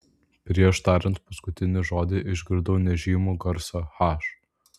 prieš tariant paskutinį žodį išgirdau nežymų garsą h